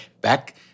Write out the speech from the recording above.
Back